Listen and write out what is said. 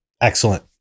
Excellent